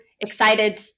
excited